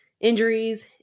injuries